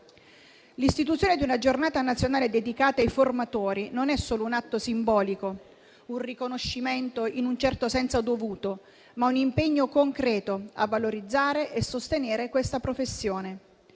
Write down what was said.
L'istituzione di una Giornata nazionale dedicata ai formatori non è solo un atto simbolico e un riconoscimento in un certo senso dovuto, ma un impegno concreto a valorizzare e sostenere questa professione.